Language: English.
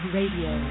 Radio